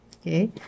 okay